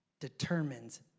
determines